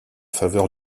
faveur